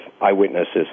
eyewitnesses